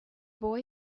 boy